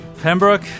Pembroke